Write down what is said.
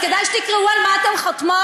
אז כדאי שתקראו על מה אתן חותמות.